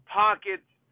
pockets